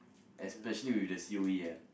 especially with the C_O_E ah